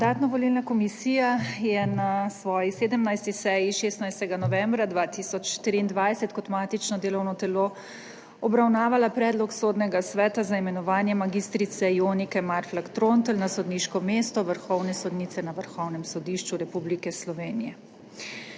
Mandatno-volilna komisija je na svoji 17. seji 16. novembra 2023 kot matično delovno telo obravnavala predlog Sodnega sveta za imenovanje mag. Jonike Marflak Trontelj na sodniško mesto vrhovne sodnice na Vrhovnem sodišču Republike Slovenije.